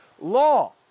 law